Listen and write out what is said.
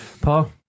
Paul